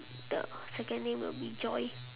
the second name will be joy